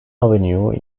avenue